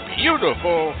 beautiful